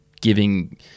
giving –